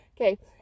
Okay